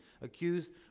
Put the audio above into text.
accused